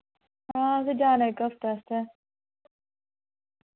हां ते जाना इक हफ्ते आस्तै